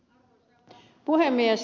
arvoisa puhemies